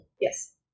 Yes